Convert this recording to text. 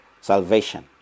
salvation